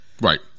Right